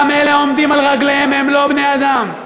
אלה העומדים על רגליהם הם לא בני-אדם,